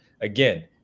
again